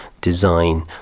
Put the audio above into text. design